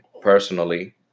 personally